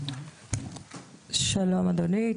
שלום אדוני,